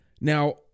now